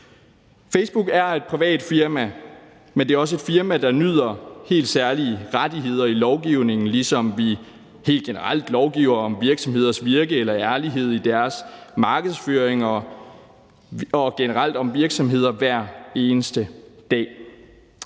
Facebook er et privat firma, men det er også et firma, der nyder helt særlige rettigheder i lovgivningen, i forhold til at vi helt generelt lovgiver om virksomheders virke eller ærlighed i deres markedsføring og generelt om virksomheder hver eneste dag.